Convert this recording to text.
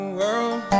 world